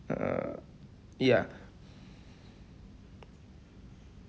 uh ya